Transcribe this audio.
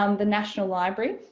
um the national library,